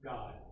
God